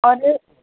ਔਰ